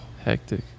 Hectic